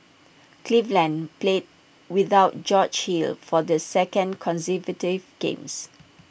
cleveland played without George hill for the second games